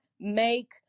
make